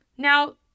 Now